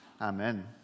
Amen